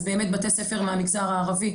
אז באמת בתי ספר מהמגזר הערבי,